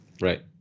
right